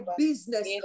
business